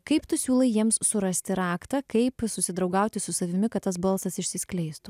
kaip tu siūlai jiems surasti raktą kaip susidraugauti su savimi kad tas balsas išsiskleistų